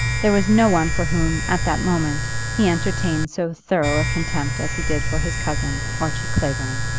there was no one for whom, at that moment, he entertained so thorough a contempt as he did for his cousin, archie clavering.